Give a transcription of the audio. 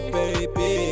baby